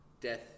death